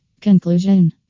Conclusion